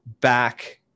back